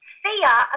fear